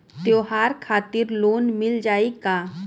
त्योहार खातिर लोन मिल जाई का?